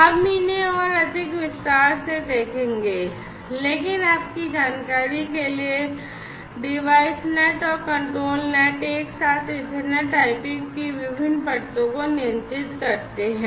हम इन्हें और अधिक विस्तार से देखेंगे लेकिन आपकी जानकारी के लिए डिवाइस नेट और कंट्रोल नेट एक साथ ईथरनेट आईपी की विभिन्न परतों को नियंत्रित करते हैं